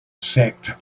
sacked